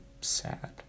sad